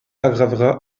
aggravera